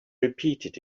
repeated